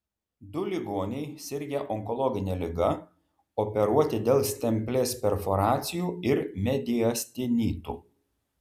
du ligoniai sirgę onkologine liga operuoti dėl stemplės perforacijų ir mediastinitų